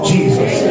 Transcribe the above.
Jesus